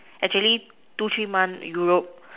actually two three month Europe